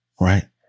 Right